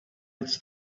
its